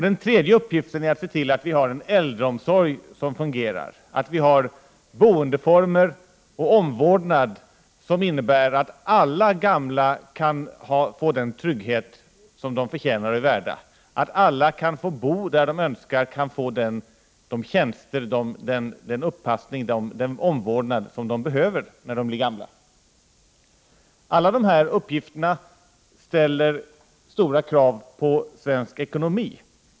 Den tredje uppgiften är att se till att vi har en äldreomsorg som fungerar, dvs. att vi har boendeformer och omvårdnad som innebär att alla gamla kan få den trygghet som de förtjänar och är värda. Alla skall få bo där de önskar och kunna utnyttja de tjänster, den uppassning och den omvårdnad de behöver. Alla dessa uppgifter ställer stora krav på svensk ekonomi.